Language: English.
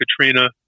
Katrina